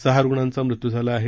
सहा रुग्णांचा मृत्यू झाला आहे